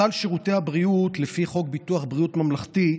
בסל שירותי הבריאות, לפי חוק ביטוח בריאות ממלכתי,